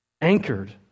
anchored